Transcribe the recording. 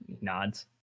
nods